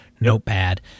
notepad